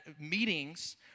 meetings